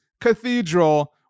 cathedral